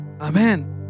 amen